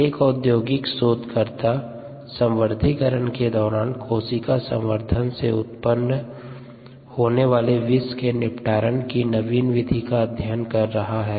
एक औद्योगिक शोधकर्ता संवर्धिकरण के दौरान कोशिका संवर्धन से उत्पन्न होने वाले विष के निपटारन की नवीन विधि का अध्ययन कर रहा है